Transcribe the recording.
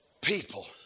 people